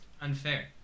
unfair